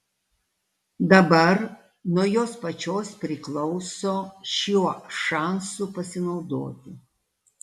dabar nuo jos pačios priklauso šiuo šansu pasinaudoti